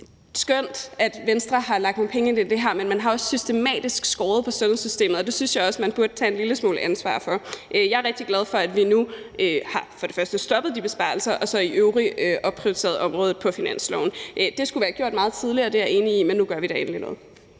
skønt, at Venstre har lagt nogle penge ind i det, og det har man. Men man har også systematisk skåret på sundhedssystemet, og det synes jeg også man burde tage en lille smule ansvar for. Jeg er rigtig glad for, at vi nu for det første har stoppet de besparelser og så for det andet i øvrigt har opprioriteret området på finansloven. Det skulle have været gjort meget tidligere – det er jeg enig i – men nu gør vi da endelig noget.